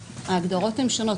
ההגדרות הן שונות.